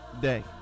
Day